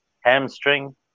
hamstring